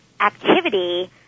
activity